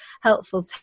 helpful